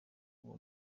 uba